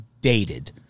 dated